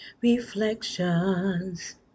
reflections